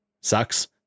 sucks